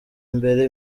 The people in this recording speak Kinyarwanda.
imbere